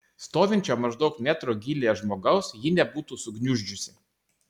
stovinčio maždaug metro gylyje žmogaus ji nebūtų sugniuždžiusi